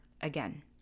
again